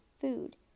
food